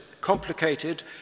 complicated